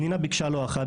פנינה ביקשה לא אחת,